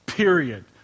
period